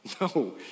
No